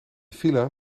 villa